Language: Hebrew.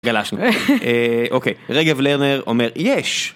גלשנו. אוקיי, רגב לרנר אומר, יש!